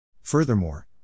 Furthermore